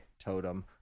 totem